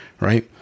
right